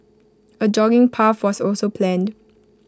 A jogging path was also planned